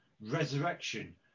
resurrection